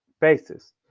basis